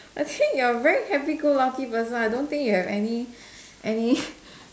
I think you're very happy go lucky person I don't think you have any any